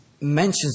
mentions